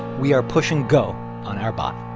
we are pushing go on our bot,